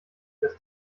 dass